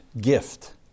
gift